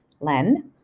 Len